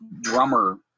drummer